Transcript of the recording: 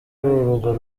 urwo